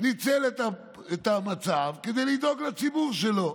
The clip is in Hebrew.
הוא ניצל את המצב כדי לדאוג לציבור שלו.